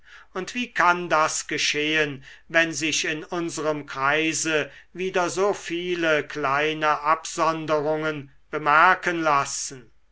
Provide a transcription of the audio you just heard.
und wie kann das geschehen wenn sich in unserem kreise wieder so viele kleine absonderungen bemerken lassen